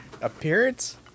appearance